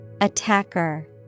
Attacker